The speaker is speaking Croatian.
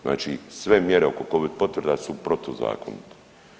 Znači sve mjere oko Covid potvrda su protuzakonite.